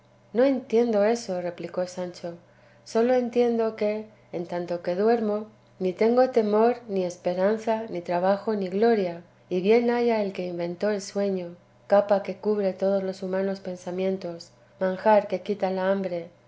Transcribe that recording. no entiendo eso replico sancho sólo entiendo que en tanto que duermo ni tengo temor ni esperanza ni trabajo ni gloria y bien haya el que inventó el sueño capa que cubre todos los humanos pensamientos manjar que quita la hambre